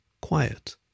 quiet